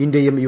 ഇന്ത്യയും യു